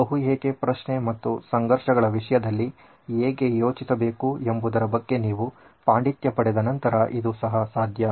ಬಹು ಏಕೆ ಪ್ರಶ್ನೆ ಮತ್ತು ಸಂಘರ್ಷಗಳ ವಿಷಯದಲ್ಲಿ ಹೇಗೆ ಯೋಚಿಸಬೇಕು ಎಂಬುದರ ಬಗ್ಗೆ ನೀವು ಪಾಂಡಿತ್ಯ ಪಡೆದ ನಂತರ ಇದು ಸಹ ಸಾಧ್ಯ